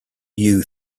you